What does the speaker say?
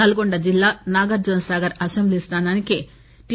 నల్గొండ జిల్లా నాగార్టునసాగర్ అసెంబ్లీ స్టానానికి టి